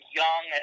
young